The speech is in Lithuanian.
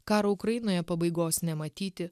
karo ukrainoje pabaigos nematyti